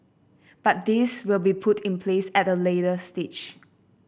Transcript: but these will be put in place at a later stage